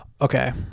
Okay